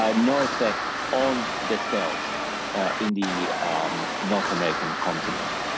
ah no effect on the sales in the north american continent.